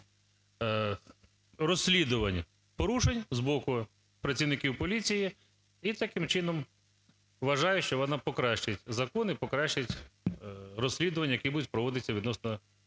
розслідування порушень з боку працівників поліції і таким чином вважаю, що вона покращить закон і покращить розслідування, які будуть проводитися відносно